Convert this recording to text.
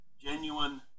genuine